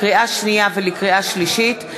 לקריאה שנייה ולקריאה שלישית,